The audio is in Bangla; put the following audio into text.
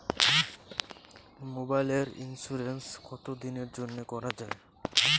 মোবাইলের ইন্সুরেন্স কতো দিনের জন্যে করা য়ায়?